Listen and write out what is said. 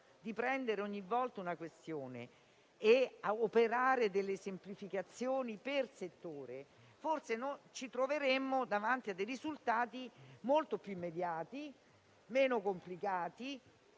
di prendere ogni volta una questione e di operare semplificazioni per settore, forse ci troveremmo davanti a risultati molto più immediati e meno complicati